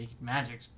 magic